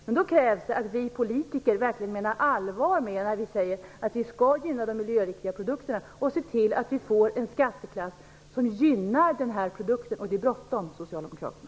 Men då krävs det att vi politiker verkligen menar allvar när vi säger att vi skall gynna de miljöriktiga produkterna och se till att vi får en skatteklassning som gynnar denna produkt. Det är bråttom, Socialdemokraterna!